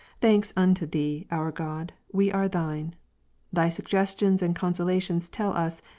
thanks unto thee, our god, we are thine thy suggestions and consolations tell us.